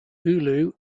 oulu